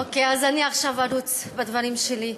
אוקיי, אז אני עכשיו ארוץ בדברים שלי.